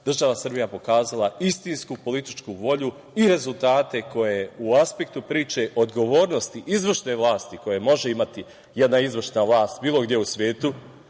država Srbija pokazala istinsku političku volju i rezultate koje u aspektu priče odgovornosti izvršne vlasti koje može imati jedna izvršna vlast bilo gde u svetu,